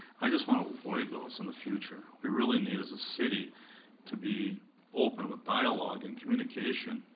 i just want to avoid those in the future. we really need as a city to be open with dialogue and communication,